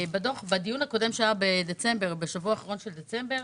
בדיון הקודם שהיה בשבוע האחרון של דצמבר,